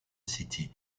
city